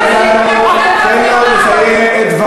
אני מכבד כל חבר כנסת,